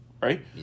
Right